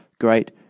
great